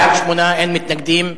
בעד, 8, אין מתנגדים,